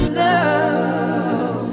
love